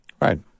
Right